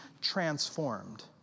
transformed